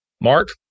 Mark